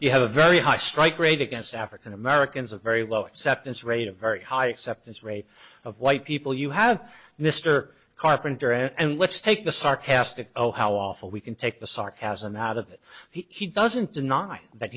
you have a very high strike rate against african americans a very low acceptance rate a very high acceptance rate of white people you have mr carpenter and let's take the sarcastic oh how awful we can take the sarcasm out of it he doesn't deny that